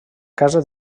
casa